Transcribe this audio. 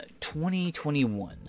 2021